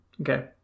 Okay